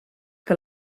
que